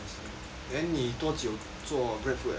then 你多久做 GrabFood 了